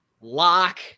Lock